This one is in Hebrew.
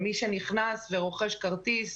מי שנכנס ורוכש כרטיס,